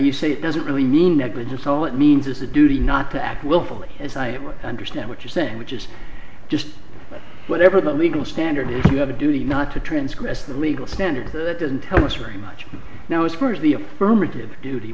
you say it doesn't really mean negligence all it means is a duty not to act willfully as i understand what you're saying which is just like whatever the legal standard is you have a duty not to transgress the legal standard that doesn't tell us very much now as far as the affirmative duty